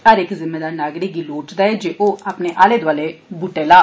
हर इक जिम्मेदार नागरिक गी लोढ़चदा ऐ जे ओ अपने आले दौआले वूटे लाऽ